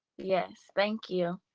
yes. thank you.